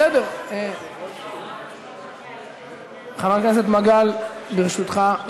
בסדר, חבר הכנסת מגל, ברשותך.